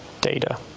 data